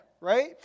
right